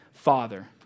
Father